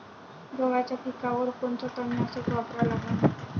गव्हाच्या पिकावर कोनचं तननाशक वापरा लागन?